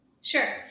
Sure